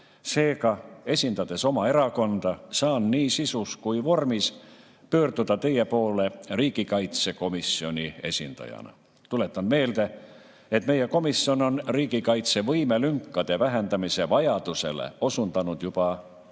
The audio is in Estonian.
Seega, esindades oma erakonda, saan nii sisus kui ka vormis pöörduda teie poole riigikaitsekomisjoni esindajana. Tuletan meelde, et meie komisjon osutas riigikaitse võimelünkade vähendamise vajadusele juba tunamullu,